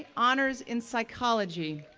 ah honors in psychology,